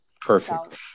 Perfect